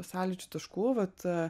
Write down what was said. sąlyčio taškų vat